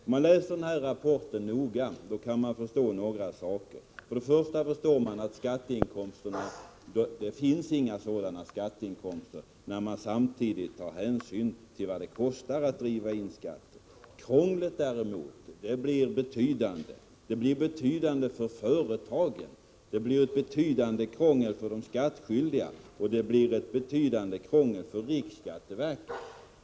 Om man läser rapporten noggrant förstår man några saker. Först och främst förstår man med tanke på vad det kostar att driva in skatten att det inte blir några skatteinkomster. Krånglet blir däremot betydande, såväl för skattskyldiga enskilda och företag som för riksskatteverket.